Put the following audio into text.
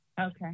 Okay